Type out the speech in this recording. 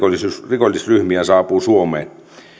rikollisryhmiä saapuu suomeen